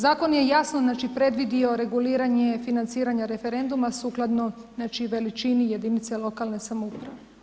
Zakon je jasno znači predvidio reguliranje financiranja referenduma sukladno znači veličini jedinice lokalne samouprave.